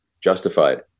Justified